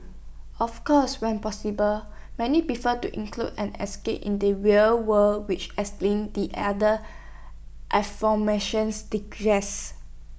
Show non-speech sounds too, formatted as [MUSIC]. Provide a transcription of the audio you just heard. of course when possible many prefer to include an escape in the real world which explains the other [UNINTELLIGIBLE] distresses